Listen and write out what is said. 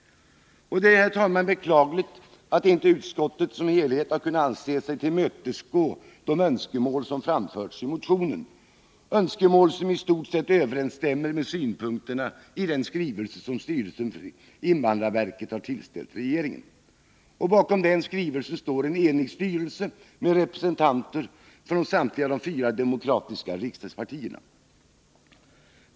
Det är, herr talman, beklagligt att inte utskottet som helhet har ansett sig kunna tillmötesgå de önskemål som framförts i motionen, önskemål som i stort sett överensstämmer med synpunkterna i den skrivelse som styrelsen för invandrarverket har tillställt regeringen. Bakom den skrivelsen står en enig styrelse med representanter för samtliga de fyra demokratiska riksdagspartierna.